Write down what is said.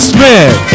Smith